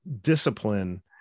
discipline